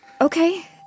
Okay